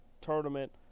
tournament